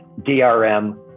DRM